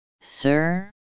sir